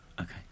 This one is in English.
Okay